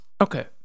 Okay